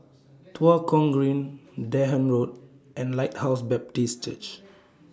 Tua Kong Green Dahan Road and Lighthouse Baptist Church